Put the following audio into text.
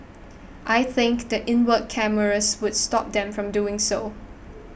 I think the inward cameras would stop them from doing so